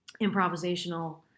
improvisational